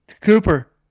Cooper